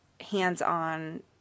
hands-on